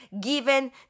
given